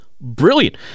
brilliant